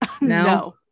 No